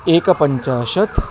एकपञ्चाशत्